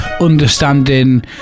understanding